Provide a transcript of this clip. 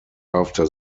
after